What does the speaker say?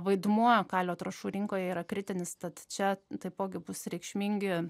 vaidmuo kalio trąšų rinkoje yra kritinis tad čia taipogi bus reikšmingi